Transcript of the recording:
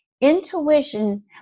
Intuition